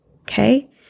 okay